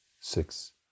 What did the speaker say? six